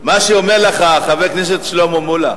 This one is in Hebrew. מה שאומר לך, חבר הכנסת שלמה מולה,